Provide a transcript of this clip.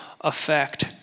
effect